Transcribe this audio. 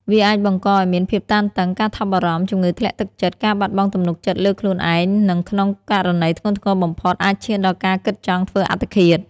វាអាចបង្កឲ្យមានភាពតានតឹង ការថប់បារម្ភ ជំងឺធ្លាក់ទឹកចិត្ត ការបាត់បង់ទំនុកចិត្តលើខ្លួនឯង និងក្នុងករណីធ្ងន់ធ្ងរបំផុត អាចឈានដល់ការគិតចង់ធ្វើអត្តឃាត។